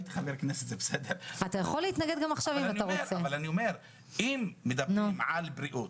אם מדברים על בריאות